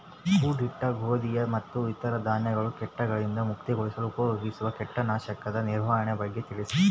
ಕೂಡಿಟ್ಟ ಗೋಧಿ ಮತ್ತು ಇತರ ಧಾನ್ಯಗಳ ಕೇಟಗಳಿಂದ ಮುಕ್ತಿಗೊಳಿಸಲು ಉಪಯೋಗಿಸುವ ಕೇಟನಾಶಕದ ನಿರ್ವಹಣೆಯ ಬಗ್ಗೆ ತಿಳಿಸಿ?